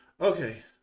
okay